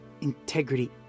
integrity